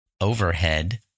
overhead